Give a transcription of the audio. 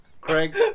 Craig